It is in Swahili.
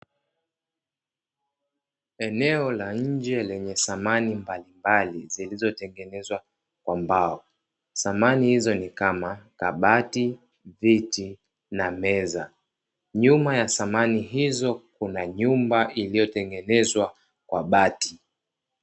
Eneo la nje lenye thamani mbalimbali zilizotengenezwa kwa mbao thamani izo ni kama; kabati, viti na meza nyuma ya thamani iyo kuna nyumba iliyotengenezwa kwa bati.